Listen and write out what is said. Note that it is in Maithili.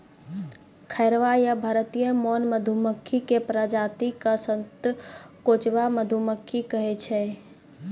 खैरा या भारतीय मौन मधुमक्खी के प्रजाति क सतकोचवा मधुमक्खी कहै छै